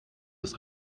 ist